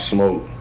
Smoke